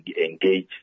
engage